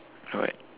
white